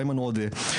איימן עודה,